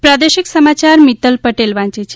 પ્રાદેશિક સમાચાર મિત્તલ પટેલ વાંચે છે